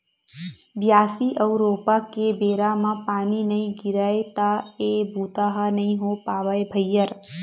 बियासी अउ रोपा के बेरा म पानी नइ गिरय त ए बूता ह नइ हो पावय भइर